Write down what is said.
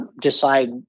decide